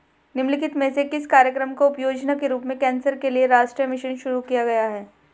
निम्नलिखित में से किस कार्यक्रम को उपयोजना के रूप में कैंसर के लिए राष्ट्रीय मिशन शुरू किया गया है?